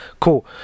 Cool